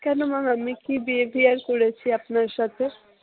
কেন ম্যাম আমি কী বিহেভিয়ার করেছি আপনার সাথে